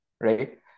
Right